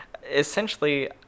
essentially